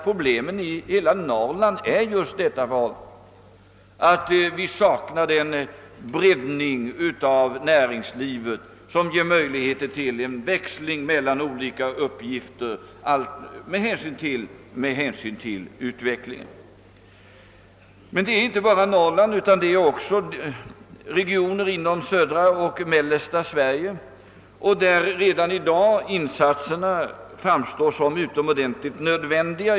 Problemet i hela Norrland är att där saknas den breddning av näringslivet som ger möjligheter till en växling mellan olika uppgifter med hänsyn till utvecklingen. Även regioner i södra och mellersta Sverige dras med samma svårigheter. Också där framstår de lokaliseringspolitiska insatserna därför som utomordentligt nödvändiga.